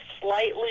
slightly